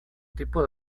tipo